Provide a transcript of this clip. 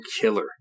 killer